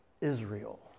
Israel